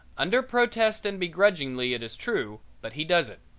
under protest and begrudgingly, it is true, but he does it.